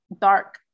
dark